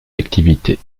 activités